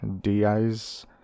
DIs